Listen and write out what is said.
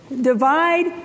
divide